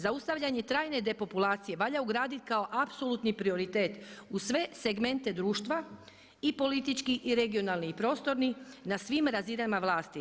Zaustavljanje trajne depopulacije, valja ugraditi kao apsolutni prioritet, uz sve segmente društva, i politički i regionalni i prostorni na svim razinama vlasti.